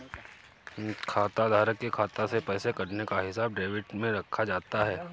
खाताधारक के खाता से पैसे कटने का हिसाब डेबिट में रखा जाता है